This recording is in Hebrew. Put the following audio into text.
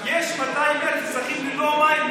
יש 200,000 אזרחים ללא מים,